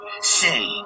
Say